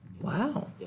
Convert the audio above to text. Wow